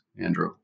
Andrew